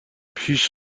پیش